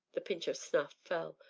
the pinch of snuff fell,